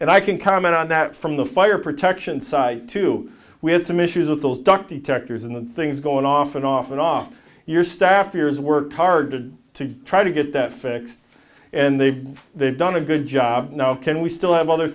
and i can comment on that from the fire protection side too we had some issues with those dock detectors and things going off and off and off your staff years worked hard to try to get that fixed and they've done a good job now can we still have other